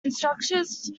instructors